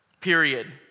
period